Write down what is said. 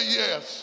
yes